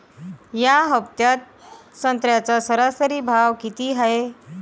या हफ्त्यात संत्र्याचा सरासरी भाव किती हाये?